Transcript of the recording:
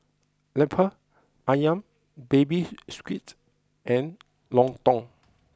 Lemper Ayam baby squid and Lontong